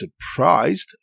surprised